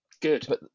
good